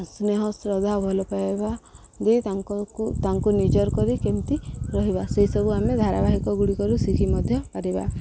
ସ୍ନେହ ଶ୍ରଦ୍ଧା ଭଲ ପାଇବା ଦେଇ ତାଙ୍କୁ ତାଙ୍କୁ ନିଜର କରି କେମିତି ରହିବା ସେସବୁ ଆମେ ଧାରାବାହିକ ଗୁଡ଼ିକରୁ ଶିଖି ମଧ୍ୟ ପାରିବା